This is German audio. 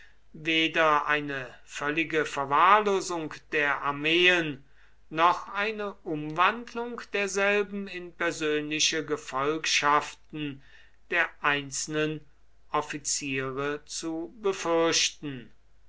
weder eine völlige verwahrlosung der armeen noch eine umwandlung derselben in persönliche gefolgschaften der einzelnen offiziere zu befürchten